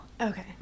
Okay